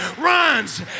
runs